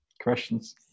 questions